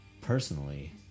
personally